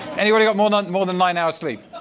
anybody got more than more than nine hours' sleep?